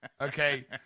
Okay